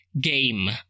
game